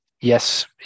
yes